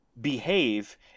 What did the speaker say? behave